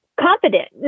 confident